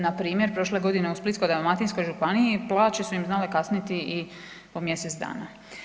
Npr. prošle godine u Splitsko-dalmatinskoj županiji plaće su im znale kasniti i po mjesec dana.